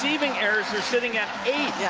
errors are sitting at eight. yeah